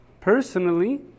personally